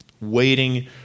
waiting